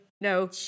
no